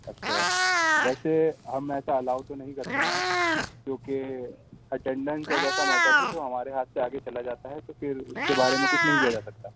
اچھا ویسے ہم ایسا الاؤ تو نہیں کرتے ہیں کیونکہ اٹینڈینس ایک ایسا میٹر ہے جو ہمارے ہاتھ سے آگے چلا جاتا ہے تو پھر اس کے بارے میں کچھ نہیں کیا جا سکتا